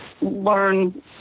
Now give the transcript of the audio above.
learn